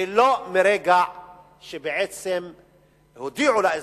ולא מרגע שבעצם הודיעו לאזרח,